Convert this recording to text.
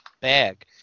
bag